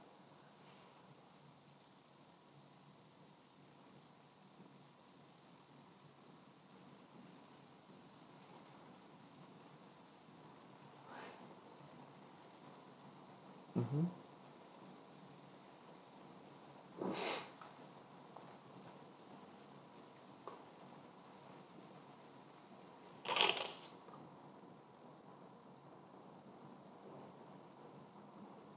mmhmm